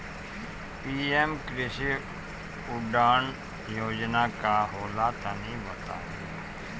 PM कृषि उड़ान योजना का होला तनि बताई?